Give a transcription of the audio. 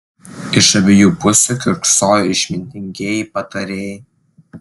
iš abiejų pusių kiurksojo išmintingieji patarėjai